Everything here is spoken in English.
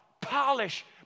polish